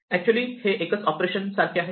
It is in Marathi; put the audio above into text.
ऍक्च्युली हे एकच ऑपरेशन सारखे दिसते